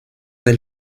del